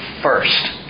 first